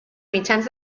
mitjans